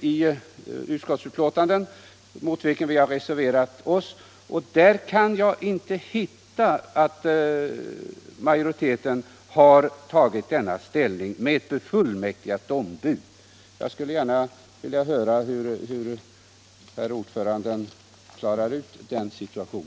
i utskottsbetänkandet, mot vilken vi har reserverat oss. Där kan jag inte finna att majoriteten har tagit denna ställning med ett befullmäktigat ombud. Jag skulle gärna vilja höra hur herr ordföranden i utskottet klarar ut den frågan.